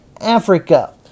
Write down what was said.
Africa